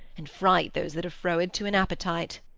and fright those that are froward, to an appetite.